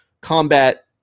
combat